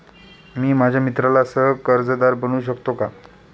मी माझ्या मित्राला सह कर्जदार बनवू शकतो का?